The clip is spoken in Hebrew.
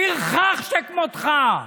פרחח שכמותך,